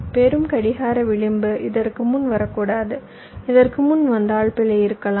பெறும் கடிகார விளிம்பு இதற்கு முன் வரக்கூடாது இதற்கு முன் வந்தால் பிழை இருக்கலாம்